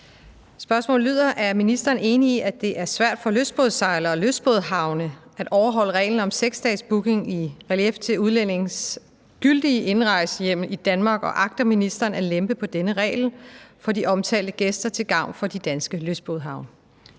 Er ministeren enig i, at det er svært for lystbådesejlere og lystbådehavne at overholde reglen om 6 dages booking i relief til udlændinges gyldige indrejsehjemmel i Danmark, og agter ministeren at lempe på denne regel for de omtalte gæster til gavn for de danske lystbådehavne?